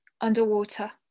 underwater